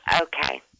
Okay